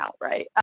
right